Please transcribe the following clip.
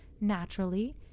naturally